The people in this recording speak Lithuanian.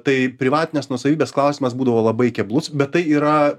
tai privatinės nuosavybės klausimas būdavo labai keblus bet tai yra